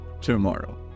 tomorrow